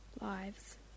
Lives